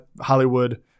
hollywood